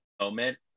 moment